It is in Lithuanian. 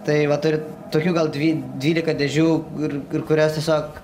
tai vat tur tokių gal dvy dvylika dėžių ir ir kurias tiesiog